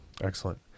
Excellent